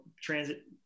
transit